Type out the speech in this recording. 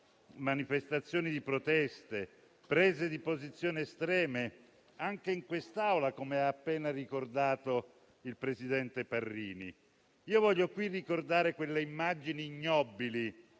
manifestazioni di protesta e prese di posizione estreme, anche in quest'Aula, come ha appena ricordato il presidente Parrini. Voglio qui ricordare le immagini ignobili